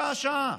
שעה-שעה.